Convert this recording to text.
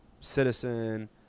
Citizen